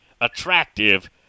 attractive